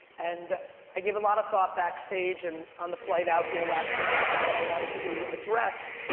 and i gave a lot of thought backstage and on the flight out here last night on what i wanted to address.